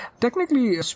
technically